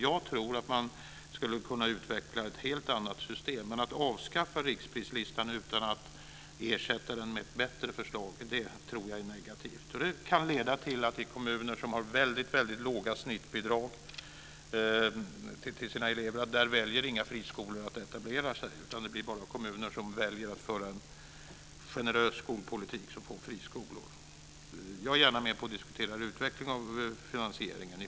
Jag tror att man skulle kunna utveckla ett helt annat system. Att avskaffa riksprislistan utan att ersätta den med ett bättre förslag tror jag är negativt. Det kan leda till att inga friskolor etablerar sig i de kommuner som har väldigt låga snittbidrag till sina elever. Det blir bara kommuner som väljer att föra en generös skolpolitik som får friskolor. Jag är gärna med på att diskutera en utveckling av finansieringen.